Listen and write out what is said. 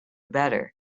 better